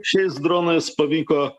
šiais dronais pavyko